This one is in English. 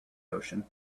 ocean